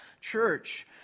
church